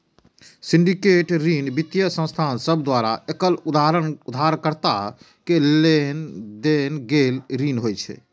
syndicate ऋण वित्तीय संस्थान सभ द्वारा एकल उधारकर्ता के देल गेल ऋण होइ छै